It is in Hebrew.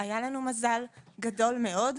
היה לנו מזל גדול מאוד.